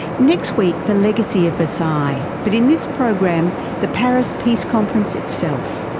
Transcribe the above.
next week, the legacy of versailles. but in this program the paris peace conference itself,